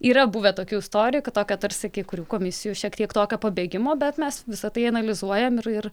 yra buvę tokių istorijų kad tokia tarsi kai kurių komisijų šiek tiek tokio pabėgimo bet mes visa tai analizuojam ir ir